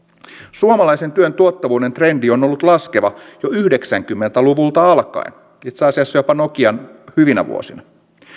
suomalaisen työn tuottavuuden trendi on ollut laskeva jo yhdeksänkymmentä luvulta alkaen itse asiassa jopa nokian hyvinä vuosina